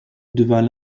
devient